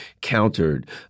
countered